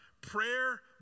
prayer